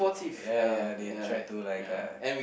ya ya they try to like uh